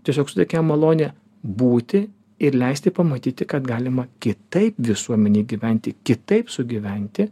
tiesiog suteikia malonę būti ir leisti pamatyti kad galima kitaip visuomenėj gyventi kitaip sugyventi